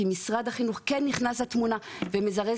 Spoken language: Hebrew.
כי משרד החינוך כן נכנס לתמונה ומזרז